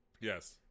yes